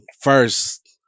first